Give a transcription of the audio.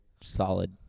solid